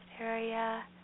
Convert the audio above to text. area